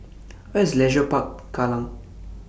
Where IS Leisure Park Kallang